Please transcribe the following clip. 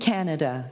Canada